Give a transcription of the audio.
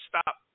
stop